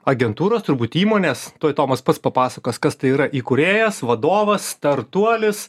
agentūros turbūt įmonės tuoj tomas pats papasakos kas tai yra įkūrėjas vadovas startuolis